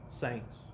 saints